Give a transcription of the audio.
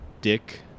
Dick